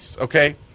okay